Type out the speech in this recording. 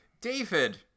David